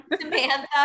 Samantha